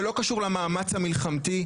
שלא קשור למאמץ המלחמתי,